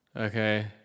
okay